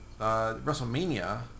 Wrestlemania